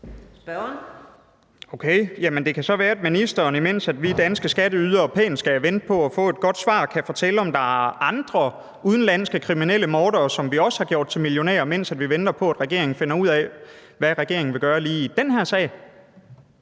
det være, at ministeren, mens vi danske skatteydere pænt skal vente på at få et godt svar, kan fortælle, om der er andre udenlandske kriminelle mordere, som vi også har gjort til millionærer, mens vi venter på, at regeringen finder ud af, hvad regeringen vil gøre lige i den her sag.